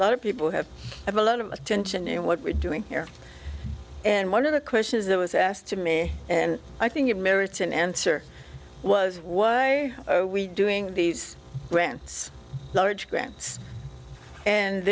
lot of people have a lot of attention in what we're doing here and one of the questions that was asked to me and i think it merits an answer was why are we doing these grants large grants and